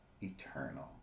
eternal